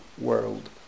world